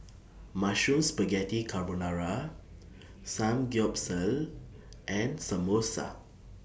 Mushroom Spaghetti Carbonara Samgyeopsal and Samosa